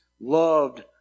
loved